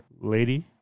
lady